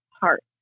heart